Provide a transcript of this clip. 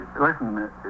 Listen